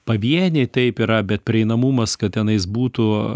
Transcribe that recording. pavieniai taip yra bet prieinamumas kad tenais būtų